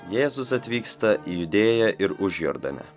jėzus atvyksta į judėją ir užjordanę